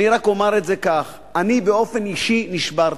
אני רק אומר את זה כך: אני, באופן אישי, נשברתי.